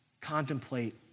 contemplate